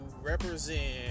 represent